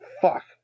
fuck